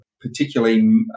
particularly